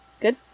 good